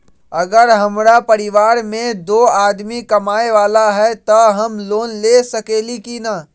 अगर हमरा परिवार में दो आदमी कमाये वाला है त हम लोन ले सकेली की न?